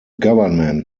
government